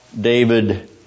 David